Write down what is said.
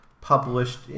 published